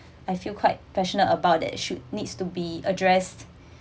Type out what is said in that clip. I feel quite passionate about that it should needs to be addressed